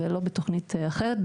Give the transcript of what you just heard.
ולא בתוכנית אחרת.